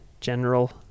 general